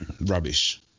rubbish